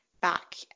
back